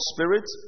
Spirit